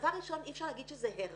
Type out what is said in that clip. דבר ראשון, אי אפשר להגיד שזה הרע,